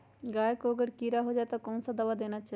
गाय को अगर कीड़ा हो जाय तो कौन सा दवा देना चाहिए?